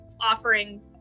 offering